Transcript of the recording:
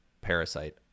parasite